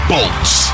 Bolts